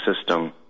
system